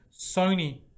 sony